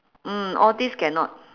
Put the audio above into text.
mm all this cannot